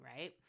right